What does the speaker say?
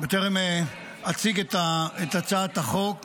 בטרם אציג את הצעת החוק